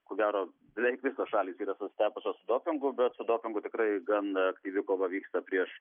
ko gero beveik visos šalys yra susitepusios dopingu bet su dopingu tikrai gan aktyvi kova vyksta prieš